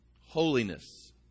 holiness